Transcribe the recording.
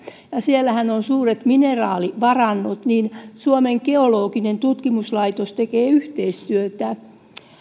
ja siellähän on suuret mineraalivarannot ja suomen geologian tutkimuskeskus tekee yhteistyötä